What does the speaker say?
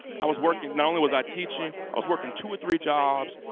i was working, not only was i teaching, i was working two or three jobs.